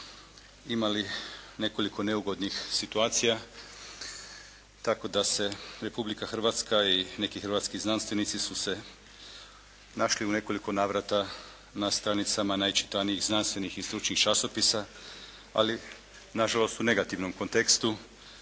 imali nekoliko neugodnih situacija, tako da se Republika Hrvatska i neki hrvatski znanstvenici su se našli u nekoliko navrata na stranicama najčitanijih znanstvenih i stručnih časopisa. Ali na žalost u negativnom kontekstu.